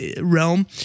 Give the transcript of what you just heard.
realm